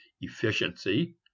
efficiency